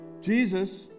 Jesus